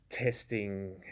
Testing